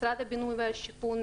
משרד הבינוי והשיכון,